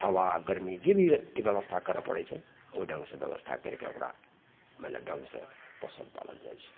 हबा गरमी जे भीके बेबस्था करे पड़ैत छै ओहि ढङ्ग से बेबस्था करिके ओकरा मने ढङ्ग से पोसल पालल जाइत छै